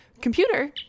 Computer